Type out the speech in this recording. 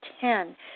ten